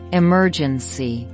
emergency